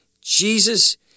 Jesus